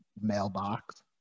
mailbox